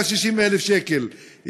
160,000 שקל,